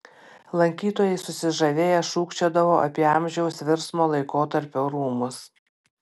lankytojai susižavėję šūkčiodavo apie amžiaus virsmo laikotarpio rūmus